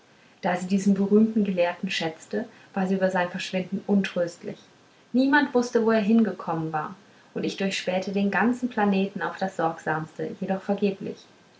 da sie diesen berühmten gelehrten schätzte war sie über sein verschwinden untröstlich niemand wußte wo er hingekommen war und ich durchspähte den ganzen planeten auf das sorgsamste jedoch vergeblich